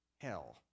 hell